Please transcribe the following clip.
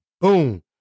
Boom